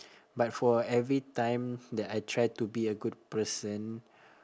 but for every time that I try to be a good person